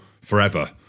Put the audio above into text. forever